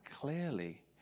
clearly